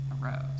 arose